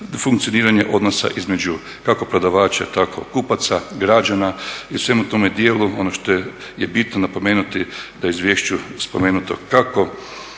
funkcioniranje odnosa između kako prodavača, tako kupaca, građana i u svem tom djelu ono što je bitno napomenuti da u izvješću spomenuto kako